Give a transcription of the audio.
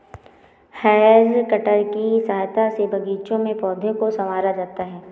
has cutter की सहायता से बागीचों में पौधों को सँवारा जाता है